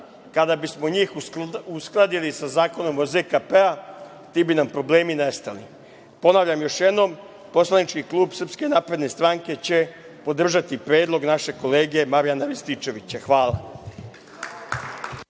kada bismo njih uskladili sa ZKP-om, ti bi nam problemi nestali. Ponavljam još jednom, poslanički klub SNS će podržati predlog našeg kolege Marijana Rističevića. Hvala.